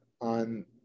on